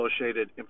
Associated